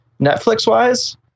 Netflix-wise